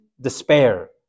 despair